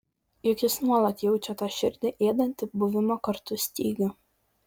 juk jis nuolat jaučia tą širdį ėdantį buvimo kartu stygių